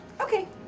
Okay